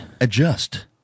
Adjust